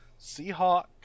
Seahawk